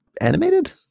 animated